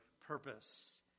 purpose